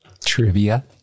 trivia